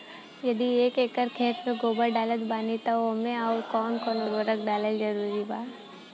यदि एक एकर खेत मे गोबर डालत बानी तब ओमे आउर् कौन कौन उर्वरक डालल जरूरी बा?